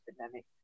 pandemic